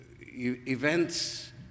events